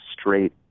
straight